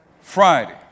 Friday